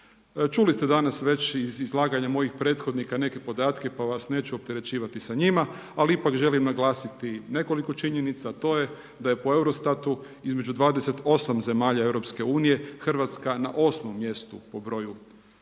Čuli ste danas već iz izlaganje mojih prethodnika podatke pa vas neću opterećivati sa njima ali ipak želim naglasiti nekoliko činjenica, a to je da je po EUROSTAT-u između 28 zemalja EU-a, Hrvatska na 8. mjestu po broju